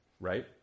Right